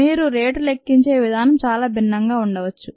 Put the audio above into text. మీరు రేటులెక్కించే విధానం చాలా భిన్నంగా ఉండవచ్చు